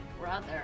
brother